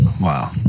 Wow